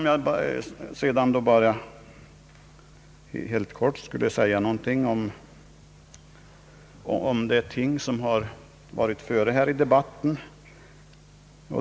Jag vill helt kort säga något om vad som anförts i debatten.